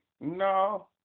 no